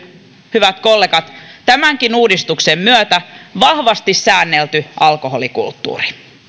hyvät kollegat tämänkin uudistuksen myötä vahvasti säännelty alkoholikulttuuri